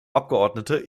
abgeordnete